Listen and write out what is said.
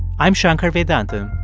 i'm shankar vedantam,